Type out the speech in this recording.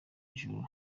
ijuru